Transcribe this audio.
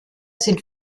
sind